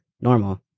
normal